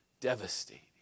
devastating